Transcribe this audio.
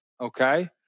okay